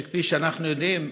כפי שאנחנו יודעים,